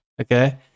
okay